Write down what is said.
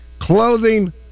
clothing